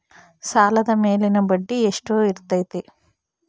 ಸಾಲದ ಮೇಲಿನ ಬಡ್ಡಿ ಎಷ್ಟು ಇರ್ತೈತೆ?